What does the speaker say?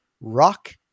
rock